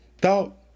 thought